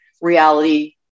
reality